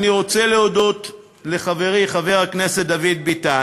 אני רוצה להודות לחברי חבר הכנסת דוד ביטן,